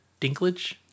dinklage